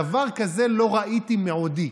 דבר כזה לא ראיתי מעודי.